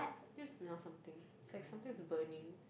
did you smell something it's like something is burning